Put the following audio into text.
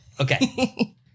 Okay